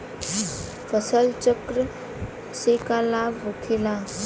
फसल चक्र से का लाभ होखेला?